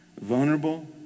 vulnerable